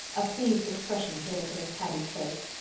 a pleased expression came into miss patty's face.